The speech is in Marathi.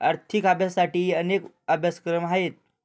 आर्थिक अभ्यासासाठीही अनेक अभ्यासक्रम आहेत